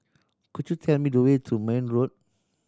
could you tell me the way to Marne Road